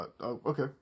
okay